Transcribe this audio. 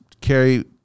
carry